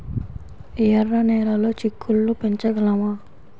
ఎర్ర నెలలో చిక్కుళ్ళు పెంచగలమా?